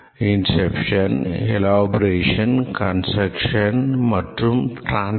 Inception Elaboration Construction மற்றும் Transition